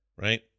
right